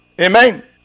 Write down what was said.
Amen